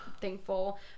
thankful